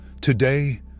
today